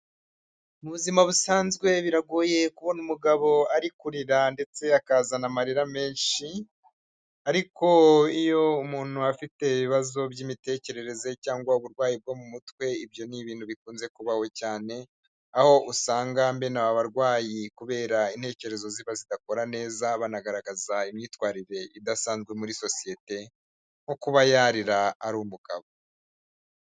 Mu buzima busanzwe biragoye kubona umugabo ari kurira ndetse akazana amarira menshi ariko iyo umuntu afite ibibazo by'imitekerereze cyangwa uburwayi bwo mu mutwe ibyo ni ibintu bikunze kubaho we cyane aho usanga mbene abarwayi kubera intekerezo ziba zidakora neza banagaragaza imyitwarire idasanzwe muri sosiyete nko kuba yaririra ari umugabo.